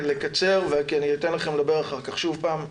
לקצר כי אני אתן לכם לדבר אחר כך שוב פעם,